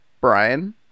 Brian